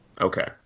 Okay